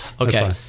Okay